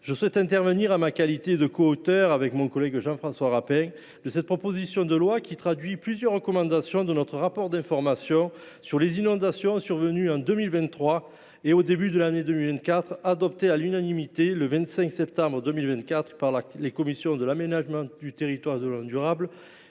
collègues, j’interviens en ma qualité de coauteur, avec Jean François Rapin, de cette proposition de loi qui traduit certaines recommandations de notre rapport d’information sur les inondations survenues en 2023 et au début de l’année 2024, adopté à l’unanimité le 25 septembre 2024 par la commission de l’aménagement du territoire et du